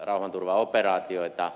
rauhanturvaoperaatioita